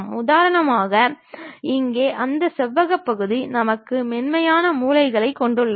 உதாரணமாக இங்கே அந்த செவ்வக பகுதி நமக்கு மென்மையான மூலைகளைக் கொண்டுள்ளது